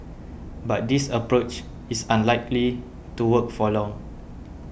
but this approach is unlikely to work for long